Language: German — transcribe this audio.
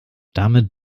damit